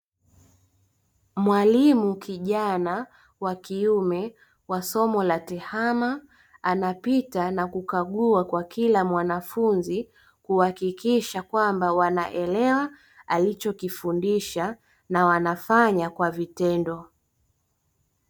Mwalimu kijana wa kiume wa somo la tehama anapita na kukagua kwa kila mwanafunzi kuhakikisha kwamba wanaelewa alichokifundisha na wanafanya kwa vitendo.